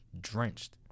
drenched